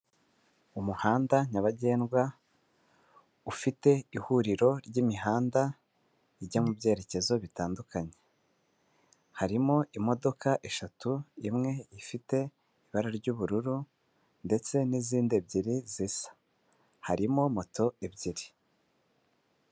Umuhanda nyabagendwa ufite ihuriro ry'imihanda ijya mu byerekezo bitandukanye, harimo imodoka eshatu, imwe ifite ibara ry'ubururu ndetse n'izindi ebyiri zisa, harimo moto ebyiri.